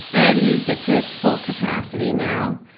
and i've used it to its full capacity now.